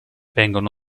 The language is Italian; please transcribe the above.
vengono